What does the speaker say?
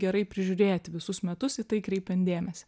gerai prižiūrėti visus metus į tai kreipian dėmesį